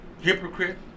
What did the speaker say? Hypocrite